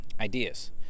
Ideas